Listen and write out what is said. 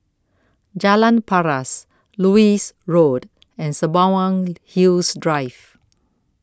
Jalan Paras Lewis Road and Sembawang Hills Drive